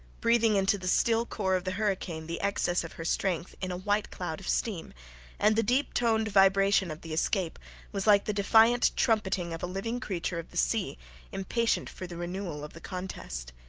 breathing into the still core of the hurricane the excess of her strength in a white cloud of steam and the deep-toned vibration of the escape was like the defiant trumpeting of a living creature of the sea impatient for the renewal of the contest.